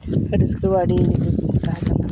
ᱨᱟᱹᱥᱠᱟᱹ ᱫᱚ ᱟᱹᱰᱤ ᱛᱟᱦᱮᱸᱠᱟᱱᱟ